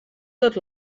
tot